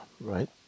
right